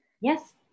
Yes